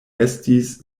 estis